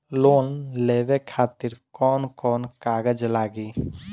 Loan लेवे खातिर कौन कौन कागज लागी?